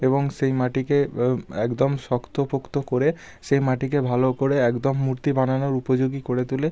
এবং সেই মাটিকে একদম শক্ত পোক্ত করে সেই মাটিকে ভালো করে একদম মূর্তি বানানোর উপযোগী করে তুলে